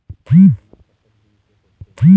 बीमा कतक दिन के होते?